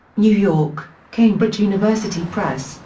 new york cambridge university press,